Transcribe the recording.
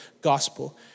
gospel